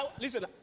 Listen